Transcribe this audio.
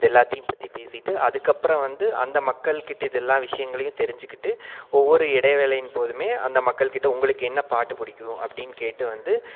இது எல்லாத்தையும் பற்றி பேசிட்டு அதுக்கப்ப்றம் வந்து அந்த மக்கள் கிட்ட இது எல்லா விஷயங்களையும் தெரிஞ்சிக்கிட்டு ஒவ்வொரு இடைவேளையின் போதுமே அந்த மக்கள் கிட்ட உங்களுக்கு என்ன பாட்டு பிடிக்கும் அப்படின்னு கேட்டு வந்து